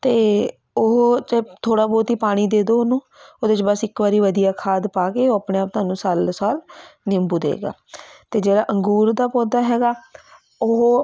ਅਤੇ ਉਹ ਚਾਹੇ ਥੋੜ੍ਹਾ ਬਹੁਤ ਹੀ ਪਾਣੀ ਦੇ ਦਿਉ ਉਹਨੂੰ ਉਹਦੇ 'ਚ ਬਸ ਇੱਕ ਵਾਰੀ ਵਧੀਆ ਖਾਦ ਪਾ ਕੇ ਉਹ ਆਪਣੇ ਆਪ ਤੁਹਾਨੂੰ ਸਾਲ ਦੋ ਸਾਲ ਨਿੰਬੂ ਦੇਗਾ ਅਤੇ ਜਿਹੜਾ ਅੰਗੂਰ ਦਾ ਪੌਦਾ ਹੈਗਾ ਉਹ